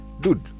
dude